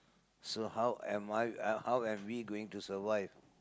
so how am I how am we going to survive